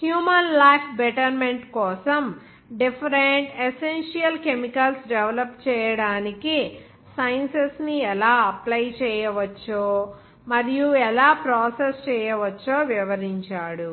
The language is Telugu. హ్యూమన్ లైఫ్ బెటర్మెంట్ కోసం డిఫరెంట్ ఎస్సెన్షియల్ కెమికల్స్ డెవలప్ చేయటానికి సైన్స్ ని ఎలా అప్లై చేయవచ్చో మరియు ఎలా ప్రాసెస్ చేయవచ్చో వివరించాడు